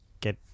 get